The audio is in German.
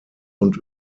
und